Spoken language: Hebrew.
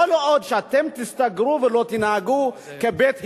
כל עוד אתם תסתגרו ולא תנהגו כבית הלל,